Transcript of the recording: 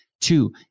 two